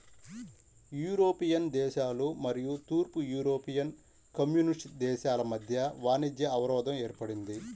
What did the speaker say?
European దేశాలు మరియు తూర్పు యూరోపియన్ కమ్యూనిస్ట్ దేశాల మధ్య వాణిజ్య అవరోధం ఏర్పడింది